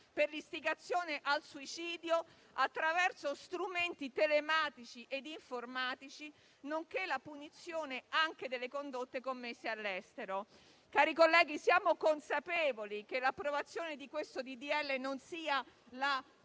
per l'istigazione al suicidio attraverso strumenti telematici e informatici, nonché la punizione delle condotte commesse all'estero. Cari colleghi, siamo consapevoli che l'approvazione di questo disegno di legge non